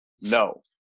no